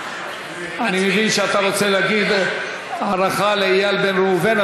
אני מבין שאתה רוצה להביע הערכה לאיל בן ראובן,